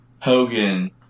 Hogan